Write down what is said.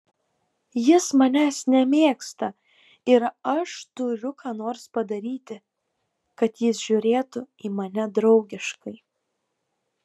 jis manęs nemėgsta ir aš turiu ką nors padaryti kad jis žiūrėtų į mane draugiškai